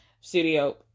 studio